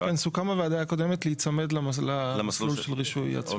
סוכם בוועדה הקודמת להיצמד למסלול של רישוי עצמי.